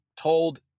told